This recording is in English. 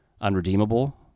unredeemable